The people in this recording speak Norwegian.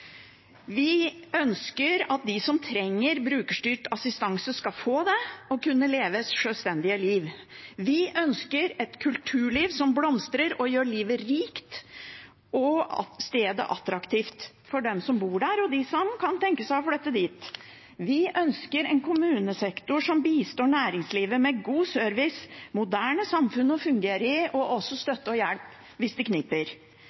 Vi ønsker at de som trenger brukerstyrt assistanse, skal få det og kunne leve et sjølstendig liv. Vi ønsker et kulturliv som blomstrer og gjør livet rikt og stedet attraktivt for dem som bor der, og dem som kan tenke seg å flytte dit. Vi ønsker en kommunesektor som bistår næringslivet med god service, moderne samfunn å fungere i og også støtte og hjelp hvis det kniper.